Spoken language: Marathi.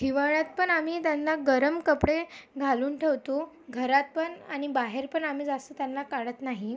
हिवाळ्यात पण आम्ही त्यांना गरम कपडे घालून ठेवतो घरात पण आणि बाहेर पण आम्ही जास्त त्यांना काढत नाही